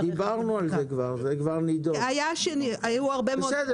כבר דיברנו על זה.